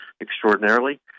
extraordinarily